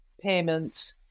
payments